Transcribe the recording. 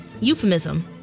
euphemism